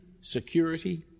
security